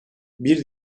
bir